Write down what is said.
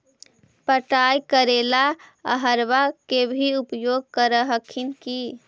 पटाय करे ला अहर्बा के भी उपयोग कर हखिन की?